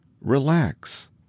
relax